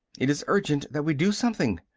it is urgent that we do something.